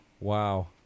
Wow